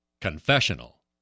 confessional